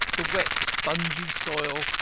the wet, spongy soil,